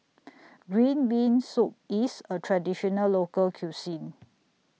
Green Bean Soup IS A Traditional Local Cuisine